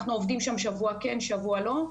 אנחנו עובדים שם שבוע כן, שבוע לא.